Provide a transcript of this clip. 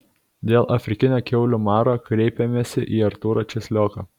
dėl afrikinio kiaulių maro kreipėmės į artūrą česlioką